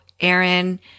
Aaron